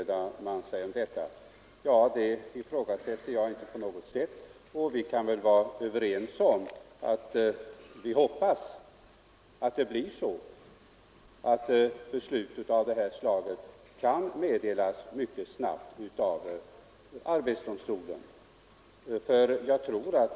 Det ifrågasätter jag inte alls, och vi kan väl gemensamt hoppas att det också blir så att beslut av detta slag skall kunna meddelas mycket snabbt av arbetsdomstolen.